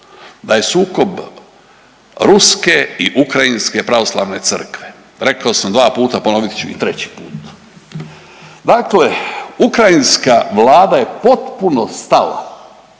taj sukob ruske i ukrajinske pravoslavne crkve. Rekao sam dva puta, ponovit ću i treći put. Dakle, ukrajinska Vlada je potpuno stala